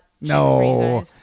No